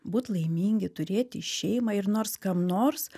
būt laimingi turėti šeimą ir nors kam nors